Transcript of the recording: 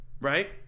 right